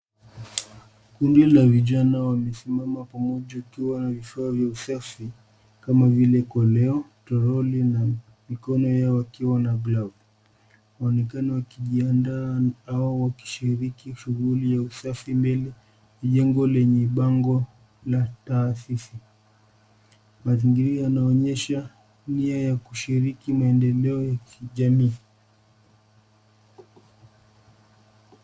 Kundi la vijana wamesimama pamoja wakiwa na vifaa vya usafi kama vile koleo, toroli na mikono yao yakiwa na glavu. Wanaonekana wakijiandaa au wakishiriki shughuli ya usafi mbili. Jengo lenye bango la taasisi. Mazingira yanaonyesha nia ya kushiriki maendeleo ya kijamii.